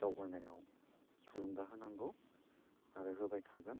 दावगानायाव थुलुंगा होनांगौ आरो होबाय थागोन